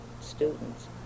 students